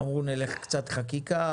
אמרו נלך קצת חקיקה,